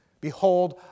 Behold